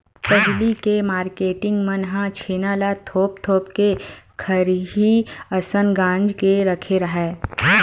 पहिली के मारकेटिंग मन ह छेना ल थोप थोप के खरही असन गांज के रखे राहय